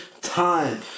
time